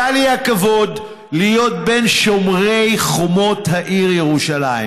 היה לי הכבוד להיות בין שומרי חומות העיר ירושלים.